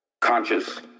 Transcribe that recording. conscious